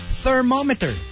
thermometer